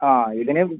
ആ ഇതിന്